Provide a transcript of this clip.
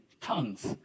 tongues